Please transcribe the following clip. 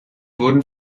wurden